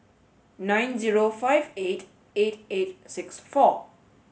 nine zero five eight eight eight six four